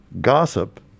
gossip